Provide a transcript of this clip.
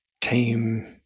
team